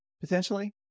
potentially